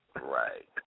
right